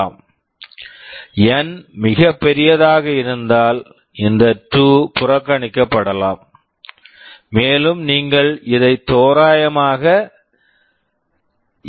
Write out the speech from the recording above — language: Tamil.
என் N மிகப் பெரியதாக இருந்தால் இந்த 2 புறக்கணிக்கப்படலாம் மேலும் நீங்கள் இதை தோராயமாக என்